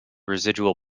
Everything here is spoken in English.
residual